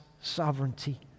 sovereignty